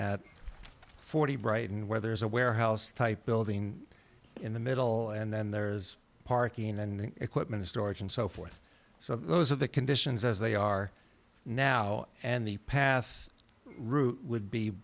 at forty brighton where there is a warehouse type building in the middle and then there is parking and equipment storage and so forth so those are the conditions as they are now and the path route would be